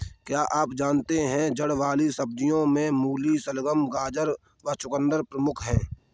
क्या आप जानते है जड़ वाली सब्जियों में मूली, शलगम, गाजर व चकुंदर प्रमुख है?